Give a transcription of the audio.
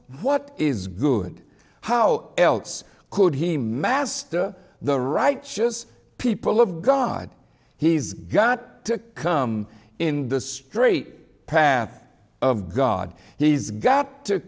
what is good how else could he master the righteous people of god he's got to come in the straight path of god he's got to